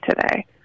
today